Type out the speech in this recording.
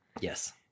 Yes